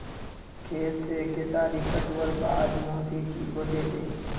खेत से केतारी काटवार बाद मोसी जी को दे दे